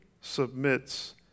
submits